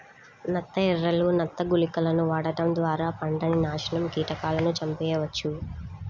నత్త ఎరలు, నత్త గుళికలను వాడటం ద్వారా పంటని నాశనం కీటకాలను చంపెయ్యొచ్చు